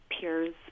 peers